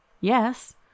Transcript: Yes